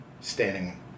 standing